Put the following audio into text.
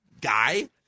guy